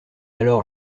alors